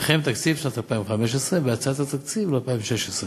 וכן בתקציב שנת 2015 ובהצעת התקציב ל-2016,